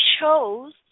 chose